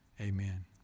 Amen